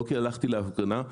לא כי הלכתי להפגנה,